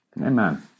Amen